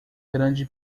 grande